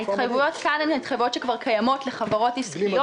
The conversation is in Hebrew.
ההתחייבויות כאן הן התחייבויות לחברות עסקיות,